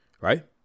right